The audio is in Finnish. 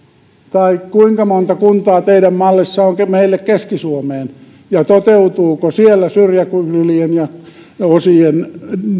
tai kuinka monta kuntaa teidän mallissanne jää meille keski suomeen ja toteutuuko siellä syrjäkylien